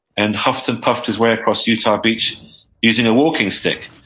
and huffed and puffed his way across utah beach using a walking stick.